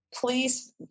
please